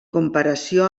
comparació